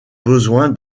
besoin